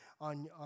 on